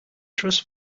trust